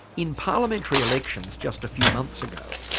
in parliamentary elections just a few months ago,